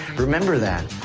remember that.